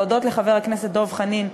להודות לחבר הכנסת דב חנין,